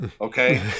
okay